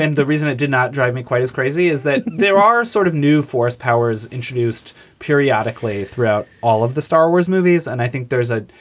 and the reason it did not drive me quite as crazy is that there are sort of new force powers introduced periodically throughout all of the star wars movies. and i think there is a.